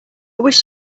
wish